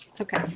Okay